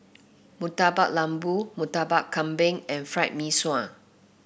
Murtabak Lembu Murtabak Kambing and Fried Mee Sua